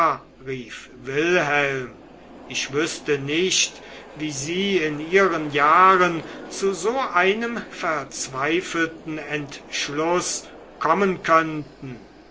rief wilhelm ich wüßte nicht wie sie in ihren jahren zu so einem verzweifelten entschluß kommen könnten